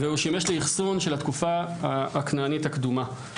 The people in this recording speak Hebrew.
והוא שימש לאחסון של התקופה הכנענית הקדומה.